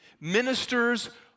Ministers